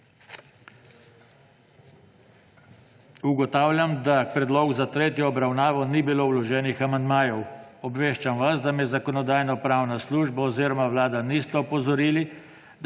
Ugotavljam, da k predlogu za tretjo obravnavo ni bilo vloženih amandmajev. Obveščam vas, da me Zakonodajno-pravna služba oziroma Vlada nista opozorili,